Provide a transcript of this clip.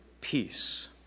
peace